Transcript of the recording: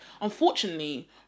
unfortunately